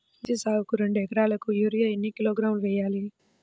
మిర్చి సాగుకు రెండు ఏకరాలకు యూరియా ఏన్ని కిలోగ్రాములు వేయాలి?